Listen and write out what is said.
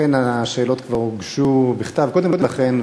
אכן השאלות כבר הוגשו בכתב קודם לכן,